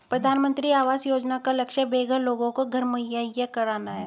प्रधानमंत्री आवास योजना का लक्ष्य बेघर लोगों को घर मुहैया कराना है